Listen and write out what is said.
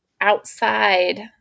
outside